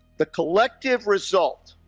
the collective result